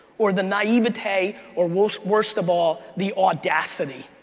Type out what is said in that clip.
or the naivete, or worst worst of all, the audacity.